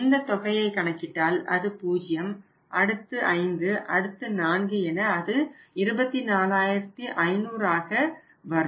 இந்த தொகையை கணக்கிட்டால் அது 0 அடுத்து 5 அடுத்து 4 என அது 24500 ஆக வரும்